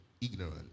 ignorant